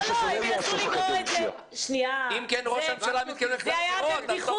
אלא אם כן ראש הממשלה מתכוון ללכת לבחירות -- זה היה בבדיחותא.